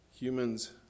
Humans